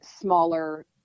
smaller